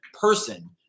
person